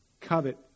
covet